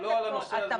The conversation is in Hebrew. לא על הנושא הזה.